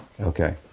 Okay